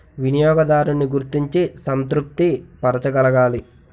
వినియోగదారున్ని గుర్తించి సంతృప్తి పరచగలగాలి